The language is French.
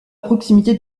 proximité